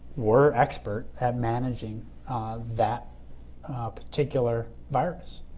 were expert at managing that particular virus.